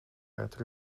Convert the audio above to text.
ert